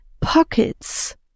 pockets